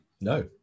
No